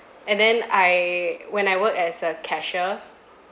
and then I when I worked as a cashier